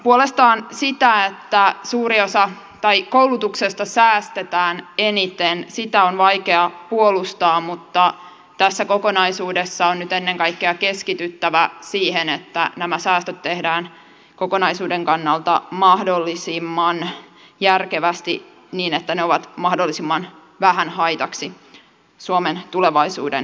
puolestaan sitä että koulutuksesta säästetään eniten on vaikea puolustaa mutta tässä kokonaisuudessa on nyt ennen kaikkea keskityttävä siihen että nämä säästöt tehdään kokonaisuuden kannalta mahdollisimman järkevästi niin että ne ovat mahdollisimman vähän haitaksi suomen tulevaisuuden menestykselle